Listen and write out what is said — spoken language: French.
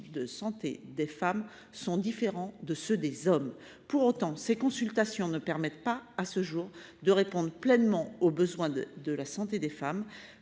de santé des femmes sont différents de ceux des hommes. Pour autant, ces consultations ne permettent pas, à ce jour, de répondre pleinement aux besoins de santé des femmes.